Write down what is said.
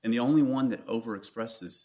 and the only one that over expresses